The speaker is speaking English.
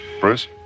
Bruce